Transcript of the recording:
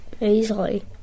easily